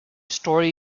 story